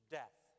death